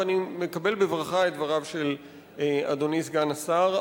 ואני מקבל בברכה את דבריו של אדוני סגן השר.